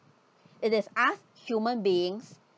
it is us human beings